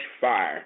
fire